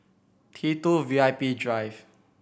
T Two V I P Drive